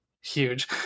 huge